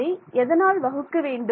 இதை எதனால் வகுக்க வேண்டும்